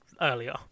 earlier